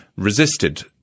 Resisted